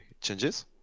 changes